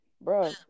Bro